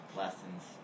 lessons